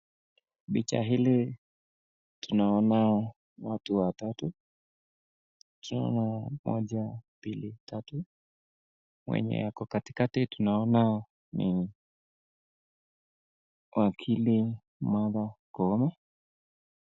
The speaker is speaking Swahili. Picha hili tunaona watu watatu. moja, mbili, tatu. Mwenye ako katikati tunaona ni wakili Martha Koome.